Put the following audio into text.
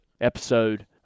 episode